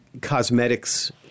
cosmetics